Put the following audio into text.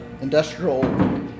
industrial